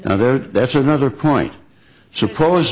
another that's another point suppose